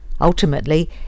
Ultimately